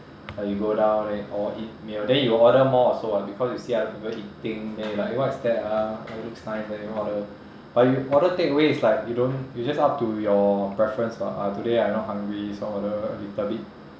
like you go down then you or eat meal then you order more also [what] because you see other people eating then you like eh what is that ah !wah! it looks nice then you order but you order takeaway it's like you don't you just up to your preference mah uh today I not hungry so order a little bit